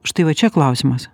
štai va čia klausimas